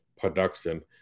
production